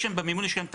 במימון יש את ההגדרות,